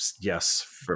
yes